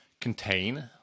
contain